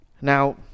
Now